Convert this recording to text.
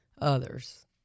others